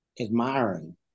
admiring